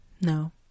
No